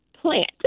plant